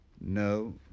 No